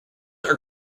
are